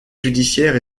judiciaire